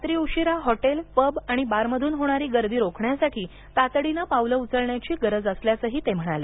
रात्री उशिरा hotel pub आणि बारमधून होणारी गर्दी रोखण्यासाठी तातडीनं पावलं उचलण्याची गरज असल्याचं ते म्हणाले